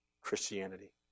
Christianity